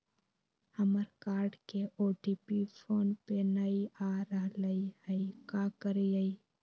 हमर कार्ड के OTP phone पे नई आ रहलई हई, का करयई?